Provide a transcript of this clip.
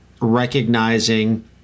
recognizing